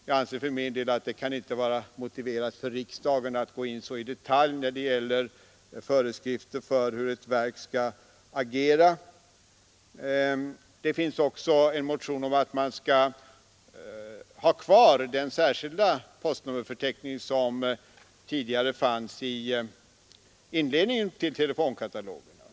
Jag anser för min del att det inte kan vara motiverat för riksdagen att så i detalj gå in på föreskrifter om hur ett verk skall agera. Det finns också en motion om att man skall ha kvar den särskilda postnummerförteckning som tidigare fanns i inledningen till telekatalogen.